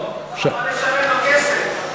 משלם לו כסף,